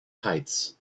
heights